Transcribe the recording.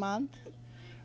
month